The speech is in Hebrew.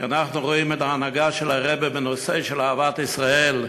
כשאנחנו רואים את ההנהגה של הרעבע בנושא של אהבת ישראל,